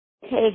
Hey